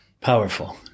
Powerful